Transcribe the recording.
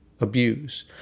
abuse